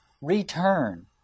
return